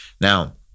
Now